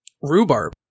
rhubarb